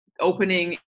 opening